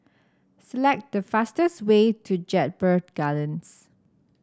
select the fastest way to Jedburgh Gardens